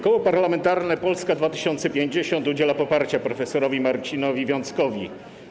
Koło Parlamentarne Polska 2050 udziela poparcia prof. Marcinowi Wiąckowi.